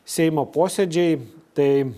seimo posėdžiai tai